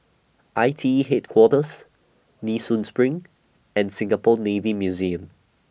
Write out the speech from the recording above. I T E Headquarters Nee Soon SPRING and Singapore Navy Museum